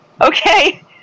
Okay